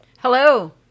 Hello